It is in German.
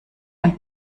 und